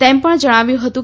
તેમ પણ જણાવ્યું હતું